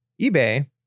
eBay